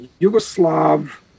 Yugoslav